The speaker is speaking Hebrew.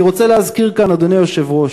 אני רוצה להזכיר כאן, אדוני היושב-ראש,